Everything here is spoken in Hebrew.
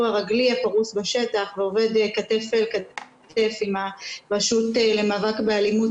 הרגלי הפרוס בשטח ועובד כתף אל כתף עם הרשות למאבק באלימות,